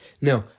no